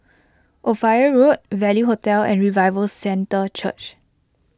Ophir Road Value Hotel and Revival Centre Church